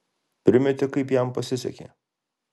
primeti kaip jam pasisekė